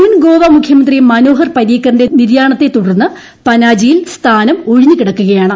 മുൻ ഗോവ മുഖ്യമന്ത്രി മനോഹർ പരീക്കറിന്റെ നിര്യാണത്തെ തുടർന്ന് പനാജിയിൽ സ്ഥാനം ഒഴിഞ്ഞ് കിടക്കുകയാണ്